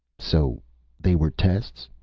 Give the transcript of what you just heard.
so they were tests,